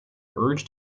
urged